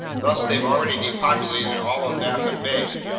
thus they've already depopulated all of baffin bay,